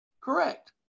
Correct